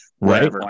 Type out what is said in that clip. Right